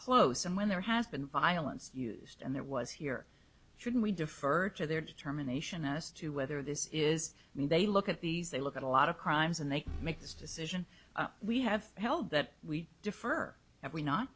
close and when there has been violence used and there was here shouldn't we defer to their determination as to whether this is and they look at these they look at a lot of crimes and they make this decision we have held that we defer have we not